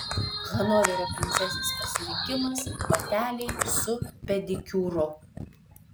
hanoverio princesės pasirinkimas bateliai su pedikiūru